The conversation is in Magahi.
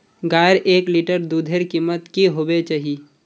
गायेर एक लीटर दूधेर कीमत की होबे चही?